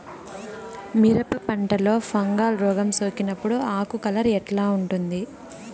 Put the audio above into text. మిరప పంటలో ఫంగల్ రోగం సోకినప్పుడు ఆకు కలర్ ఎట్లా ఉంటుంది?